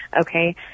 Okay